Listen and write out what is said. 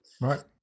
right